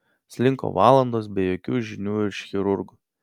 slinko valandos be jokių žinių iš chirurgų